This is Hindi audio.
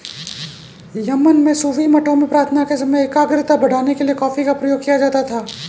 यमन में सूफी मठों में प्रार्थना के समय एकाग्रता बढ़ाने के लिए कॉफी का प्रयोग किया जाता था